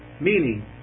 meaning